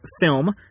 film